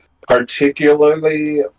particularly